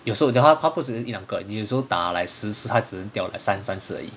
有时候 then hor 他不止一两个有时候打来 like 十次他只能掉两三个而已